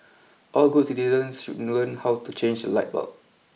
all good citizens should learn how to change a light bulb